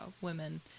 women